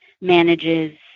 manages